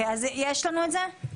אז יש לנו את זה?